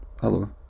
hello